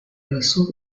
results